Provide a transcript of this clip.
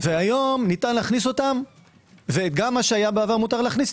והיום ניתן וגם מה שבעבר היה מותר להכניס,